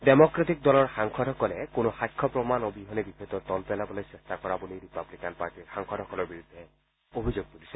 Democratic দলৰ সাংসদসকলে কোনো সাক্ষ্য প্ৰমাণ অবিহনে বিষয়টো তল পেলাবলৈ চেষ্টা কৰা বুলি ৰিপাব্লিকান পাৰ্টিৰ সাংসদসকলৰ বিৰুদ্ধে অভিযোগ তুলিছে